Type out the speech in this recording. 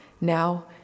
now